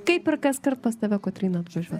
kaip ir kaskart pas tave kotryna žodžiu